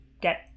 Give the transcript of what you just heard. get